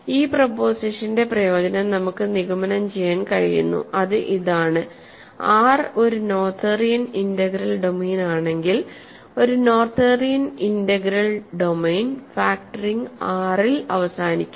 ഈ പ്രൊപോസിഷന്റെ പ്രയോജനം നമുക്ക് നിഗമനം ചെയ്യാൻ കഴിയുന്നുഅത് ഇതാണ് R ഒരു നോതേറിയൻ ഇന്റഗ്രൽ ഡൊമെയ്നാണെങ്കിൽ ഒരു Noetherian integral domain factoring R ൽ അവസാനിക്കുന്നു